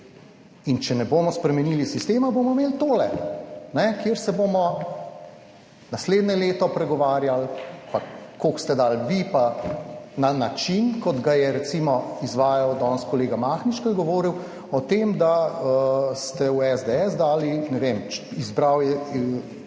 In če ne bomo spremenili sistema, bomo imeli tole, kjer se bomo naslednje leto pregovarjali pa koliko ste dali vi, pa na način, kot ga je recimo izvajal danes kolega Mahnič, ko je govoril o tem, da ste v SDS dali, ne vem, izbral je